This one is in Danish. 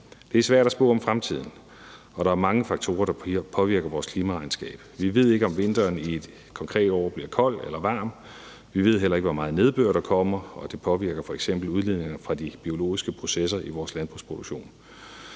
Det er svært at spå om fremtiden, og der er mange faktorer, der påvirker vores klimaregnskab. Vi ved ikke, om vinteren i et konkret år bliver kold eller varm. Vi ved heller ikke, hvor meget nedbør der kommer, og det påvirker f.eks. udledninger fra de biologiske processer i vores landbrugsproduktion.